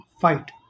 fight